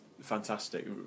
fantastic